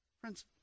Friends